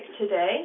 today